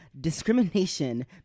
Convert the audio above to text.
discrimination